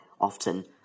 Often